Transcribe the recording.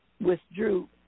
withdrew